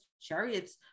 chariots